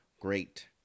great